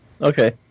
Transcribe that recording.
Okay